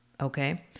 okay